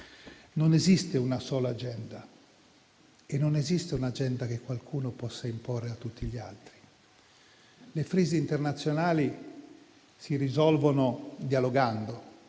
Non esiste una sola agenda, e non esiste un'agenda che qualcuno possa imporre a tutti gli altri. Le crisi internazionali si risolvono dialogando: